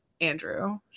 Andrew